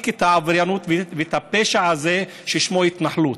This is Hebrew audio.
את העבריינות ואת הפשע הזה ששמו התנחלות.